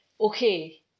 okay